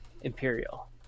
Imperial